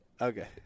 Okay